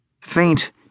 Faint